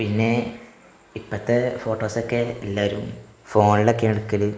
പിന്നെ ഇപ്പോഴത്തെ ഫോട്ടോസൊക്കെ എല്ലാവരും ഫോണിലൊക്കെയാണ് എടുക്കൽ